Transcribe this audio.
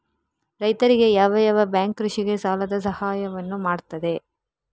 ರೈತರಿಗೆ ಯಾವ ಯಾವ ಬ್ಯಾಂಕ್ ಕೃಷಿಗೆ ಸಾಲದ ಸಹಾಯವನ್ನು ಮಾಡ್ತದೆ?